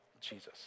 Jesus